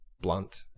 blunt